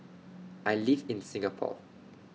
I live in Singapore